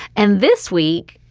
and this week,